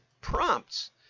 prompts